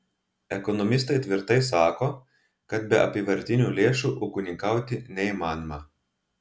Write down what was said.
ekonomistai tvirtai sako kad be apyvartinių lėšų ūkininkauti neįmanoma